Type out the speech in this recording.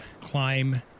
climb